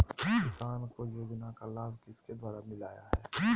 किसान को योजना का लाभ किसके द्वारा मिलाया है?